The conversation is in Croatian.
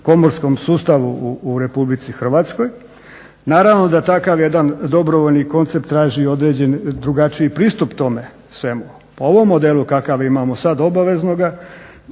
komorskom sustavu u Republici Hrvatskoj. Naravno da takav jedan dobrovoljni koncept traži i određen, drugačiji pristup tome svemu. Po ovom modelu kakav imamo sad obaveznoga